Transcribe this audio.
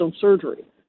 surgery